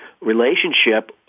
relationship